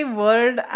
word